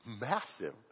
massive